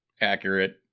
accurate